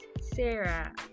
Sarah